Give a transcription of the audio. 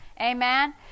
amen